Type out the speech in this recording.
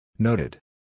Noted